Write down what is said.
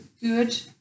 good